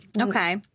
Okay